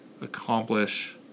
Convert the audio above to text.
accomplish